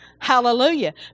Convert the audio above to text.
Hallelujah